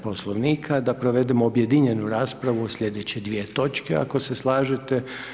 Poslovnika da provedemo objedinjenu raspravu o slijedeće dvije točke, ako se slažete?